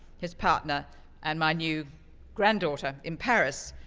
his partner and my new granddaughter in paris.